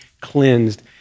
cleansed